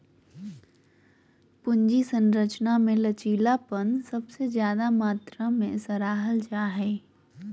पूंजी संरचना मे लचीलापन सबसे ज्यादे मात्रा मे सराहल जा हाई